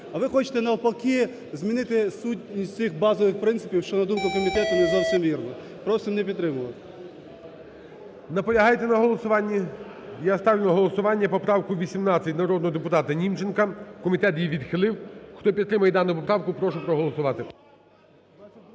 А ви хочете навпаки змінити сутність цих базових принципів, що, на думку комітету, не зовсім вірно. Просимо не підтримувати. ГОЛОВУЮЧИЙ. Наполягаєте на голосуванні? Я ставлю на голосування поправку 18, народного депутата Німченка. Комітет її відхилив. Хто підтримує дану поправку, прошу проголосувати.